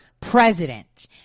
president